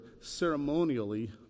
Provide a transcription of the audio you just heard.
ceremonially